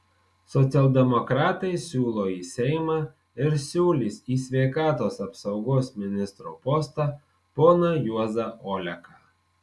socialdemokratai siūlo į seimą ir siūlys į sveikatos apsaugos ministro postą poną juozą oleką